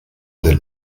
del